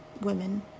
Women